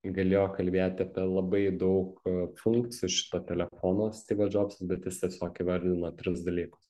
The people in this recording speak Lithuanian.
galėjo kalbėti apie labai daug funkcijų šito telefono styvas džobsas bet jis tiesiog įvardino tris dalykus